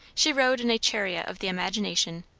she rode in a chariot of the imagination,